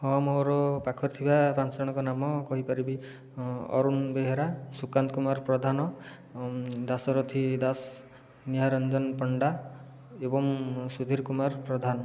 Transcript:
ହଁ ମୋର ପାଖରେ ଥିବା ପାଞ୍ଚ ଜଣଙ୍କ ନାମ କହିପାରିବି ଅରୁଣ ବେହେରା ସୁକାନ୍ତ କୁମାର ପ୍ରଧାନ ଦାସରଥୀ ଦାସ ନିହାର ରଞ୍ଜନ ପଣ୍ଡା ଏବଂ ସୁଧୀର କୁମାର ପ୍ରଧାନ